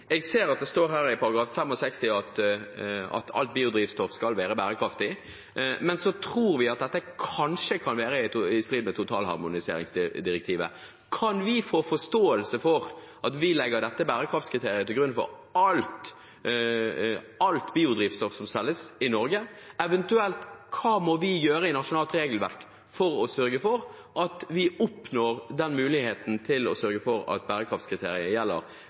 står her i punkt 65 at alt biodrivstoff skal være bærekraftig, men vi tror at dette kanskje kan være i strid med totalharmoniseringsdirektivet. Kan vi få forståelse for at vi legger dette bærekraftskriteriet til grunn for alt biodrivstoff som selges i Norge? Hva må vi eventuelt gjøre i nasjonalt regelverk for å sikre at vi oppnår muligheten til å sørge for at bærekraftskriteriet gjelder